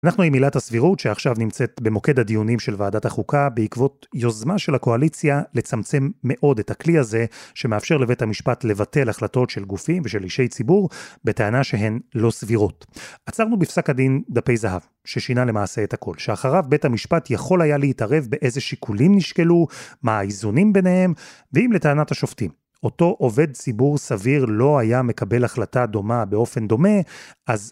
אנחנו עם עילת הסבירות, שעכשיו נמצאת במוקד הדיונים של ועדת החוקה, בעקבות יוזמה של הקואליציה לצמצם מאוד את הכלי הזה, שמאפשר לבית המשפט לבטל החלטות של גופים ושל אישי ציבור, בטענה שהן לא סבירות. עצרנו בפסק הדין, דפי זהב, ששינה למעשה את הכל, שאחריו בית המשפט יכול היה להתערב באיזה שיקולים נשקלו, מה האיזונים ביניהם, ואם לטענת השופטים, אותו עובד ציבור סביר לא היה מקבל החלטה דומה באופן דומה, אז...